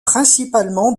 principalement